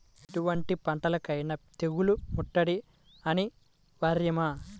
ఎటువంటి పంటలకైన తెగులు ముట్టడి అనివార్యమా?